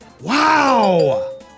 Wow